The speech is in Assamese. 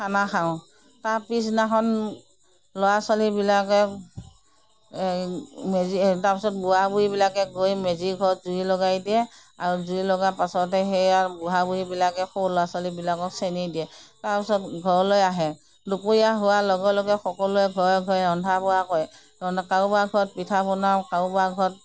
খানা খাওঁ তাৰ পিছদিনাখন ল'ৰা ছোৱালীবিলাকে তাৰপিছত বুঢ়া বুঢ়ীবিলাকে গৈ মেজিঘৰত জুই লগাই দিয়ে আৰু জুই লগোৱাৰ পিছতে সেই আৰু বুঢ়া বুঢ়ীবিলাকে সৰু ল'ৰা ছোৱালীবিলাকক চেনি দিয়ে তাৰপিছত ঘৰলৈ আহে দুপৰীয়া হোৱাৰ লগে লগে সকলোৱে ঘৰে ঘৰে ৰন্ধা বঢ়া কৰে কাৰোবাৰ ঘৰত পিঠা বনাওঁ কাৰোবাৰ ঘৰত